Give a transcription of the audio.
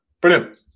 brilliant